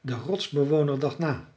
de rotsbewoner dacht na